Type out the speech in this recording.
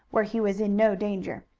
where he was in no danger.